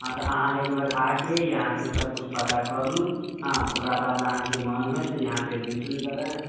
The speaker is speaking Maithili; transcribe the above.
हाँ तऽ अहाँ एकबार आके इहाँपर सबकिछु पता कर लू हाँ ओकराबाद अहाँके मोन होइत तऽ इहाँपर एडमिशन करैम